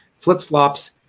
flip-flops